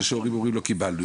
זה שהורים אומרים לא קיבלנו,